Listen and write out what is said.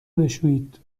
بشویید